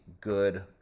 good